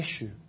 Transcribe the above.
issue